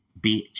bitch